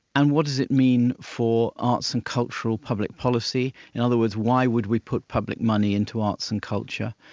and what does it mean for arts and cultural public policy? in other words, why would we put public money into arts and culture?